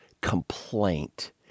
complaint